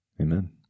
Amen